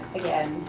again